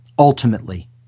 Ultimately